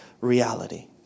reality